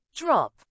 drop